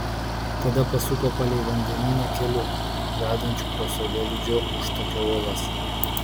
tada pasuko palei vandenyną keliu vedančiu pro saulėlydžio užtakio uolas